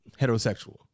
heterosexual